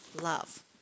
love